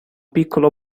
piccolo